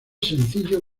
sencillo